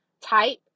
type